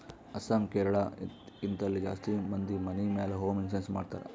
ಅಸ್ಸಾಂ, ಕೇರಳ, ಹಿಂತಲ್ಲಿ ಜಾಸ್ತಿ ಮಂದಿ ಮನಿ ಮ್ಯಾಲ ಹೋಂ ಇನ್ಸೂರೆನ್ಸ್ ಮಾಡ್ತಾರ್